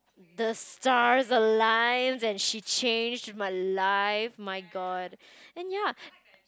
the stars aligned and she changed my life my god and ya